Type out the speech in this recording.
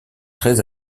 très